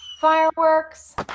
fireworks